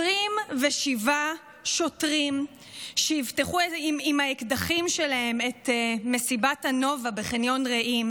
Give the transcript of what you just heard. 27 שוטרים שאבטחו עם האקדחים שלהם את מסיבת נובה בחניון רעים,